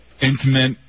intimate